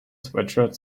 sweatshirt